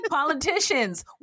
Politicians